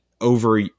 over